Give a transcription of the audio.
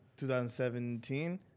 2017